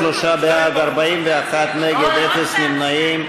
33 בעד, 41 נגד, אפס נמנעים.